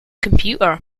computer